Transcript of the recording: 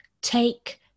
Take